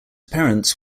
parents